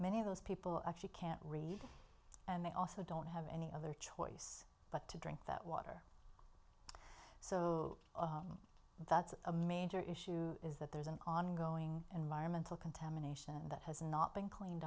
many of those people actually can't read and they also don't have any other choice but to drink that water so that's a major issue is that there's an ongoing environmental contamination that has not been cleaned